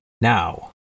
now